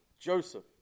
Joseph